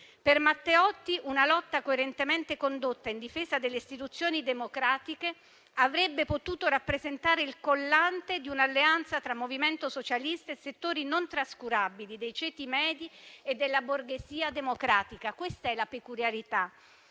Per Matteotti, una lotta coerentemente condotta in difesa delle istituzioni democratiche avrebbe potuto rappresentare il collante di un'alleanza tra Movimento socialista e settori non trascurabili dei ceti medi e della borghesia democratica: questa è la peculiarità